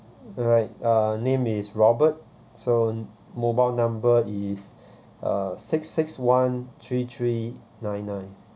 alright uh name is robert so mobile number is uh six six one three three nine nine